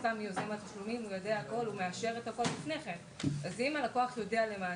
אז אם הלקוח יודע למעשה,